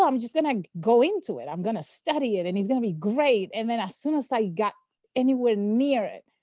um just going to go into it. i'm going to study it. and it's going to be great. and then as soon as i got anywhere near it,